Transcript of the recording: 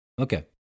Okay